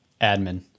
Admin